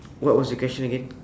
what what was your question again